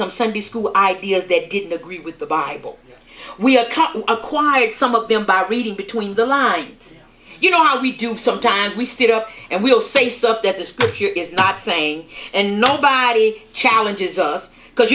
some sunday school ideas that didn't agree with the bible we had come acquired some of them by reading between the lines you know how we do sometimes we stood up and we will say stuff that the spirit is not saying and nobody challenges us because